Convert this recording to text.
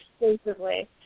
exclusively